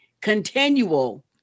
continual